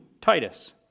Titus